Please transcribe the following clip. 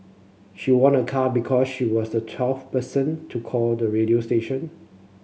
she won a car because she was the twelfth person to call the radio station